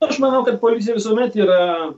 aš manau kad policija visuomet yra